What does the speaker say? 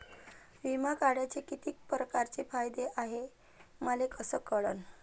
बिमा काढाचे कितीक परकारचे फायदे हाय मले कस कळन?